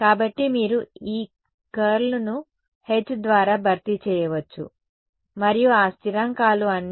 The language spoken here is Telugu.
కాబట్టి మీరు E కర్ల్ ను H ద్వారా భర్తీ చేయవచ్చు మరియు ఆ స్థిరాంకాలు అన్నీ k02 μrH